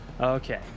Okay